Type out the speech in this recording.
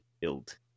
build